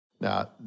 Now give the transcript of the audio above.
Now